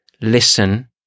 listen